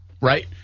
right